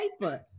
paper